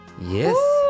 Yes